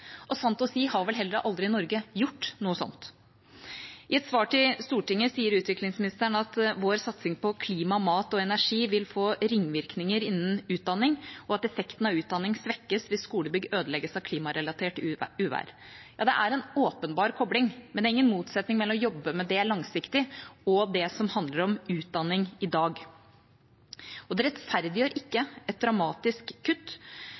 Sant å si har vel heller aldri Norge gjort noe sånt. I et svar til Stortinget sier utviklingsministeren at vår satsing på klima, mat og energi vil få ringvirkninger innen utdanning, og at effekten av utdanning svekkes hvis skolebygg ødelegges av klimarelatert uvær. Det er en åpenbar kobling, men det er ingen motsetning mellom å jobbe med det langsiktig og det som handler om utdanning i dag, og det rettferdiggjør ikke et dramatisk kutt